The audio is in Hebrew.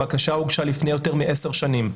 הבקשה הוגשה לפני יותר מ-10 שנים,